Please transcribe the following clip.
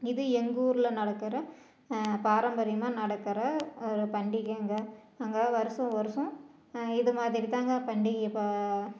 இது எங்கள் ஊரில் நடக்கிற பாரம்பரியமா நடக்கிற ஒரு பண்டிகங்க நாங்கள் வருஷம் வருஷம் இது மாதிரி தாங்க பண்டிகையை ப